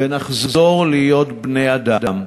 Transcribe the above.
ונחזור להיות בני-אדם,